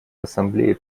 ассамблеи